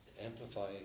Amplifying